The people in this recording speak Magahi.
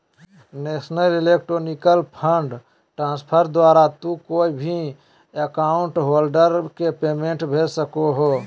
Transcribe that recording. नेशनल इलेक्ट्रॉनिक फंड ट्रांसफर द्वारा तू कोय भी अकाउंट होल्डर के पेमेंट भेज सको हो